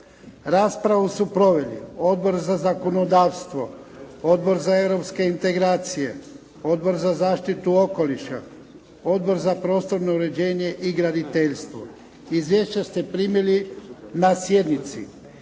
Raspravu su proveli Odbor za zakonodavstvo, Odbor za europske integracije, Odbor za zaštitu okoliša, Odbor za prostorno uređenje i graditeljstvo. Izvješća ste primili na sjednici.